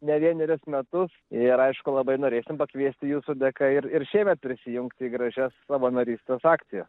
ne vienerius metus ir aišku labai norėsim pakviesti jūsų dėka ir ir šiemet prisijungti į gražias savanorystės akcijas